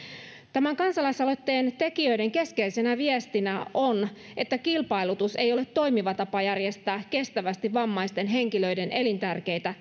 tämän kansalaisaloitteen tekijöiden keskeisenä viestinä on että kilpailutus ei ole toimiva tapa kestävästi järjestää vammaisten henkilöiden elintärkeitä